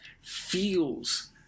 feels